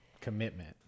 Commitment